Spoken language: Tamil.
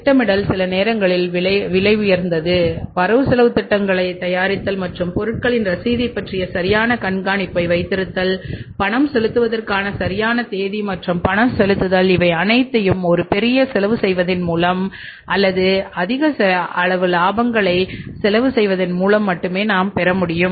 திட்டமிடல் சில நேரங்களில் விலை உயர்ந்தது வரவுசெலவுத் திட்டங்களைத் தயாரித்தல் மற்றும் பொருளின் ரசீதைப் பற்றிய சரியான கண்காணிப்பை வைத்திருத்தல் பணம் செலுத்துவதற்கான சரியான தேதி மற்றும் பணம் செலுத்துதல் இவை அனைத்தையும் ஒரு பெரிய செலவு செய்வதன் மூலம் அல்லது அதிக அளவு இலாபங்களை செலவு செய்வதன் மூலம் மட்டுமே நாம் பெற முடியும்